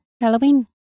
Halloween